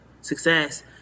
success